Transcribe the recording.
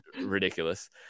ridiculous